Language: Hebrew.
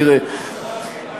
תראה,